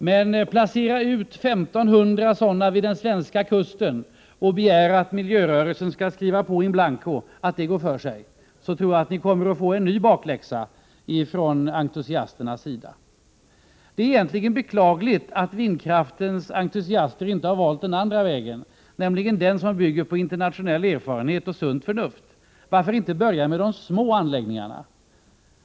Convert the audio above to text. Men om ni placerar ut 1 500 sådana vid den svenska kusten och begär att miljörörelsen skall skriva under in blanko att det går för sig, tror jag att ni får en ny bakläxa från entusiasterna. Det är egentligen beklagligt att vindkraftens entusiaster inte har valt den andra vägen, nämligen den som bygger på internationell erfarenhet och sunt förnuft. Varför inte börja med de små anläggningarna?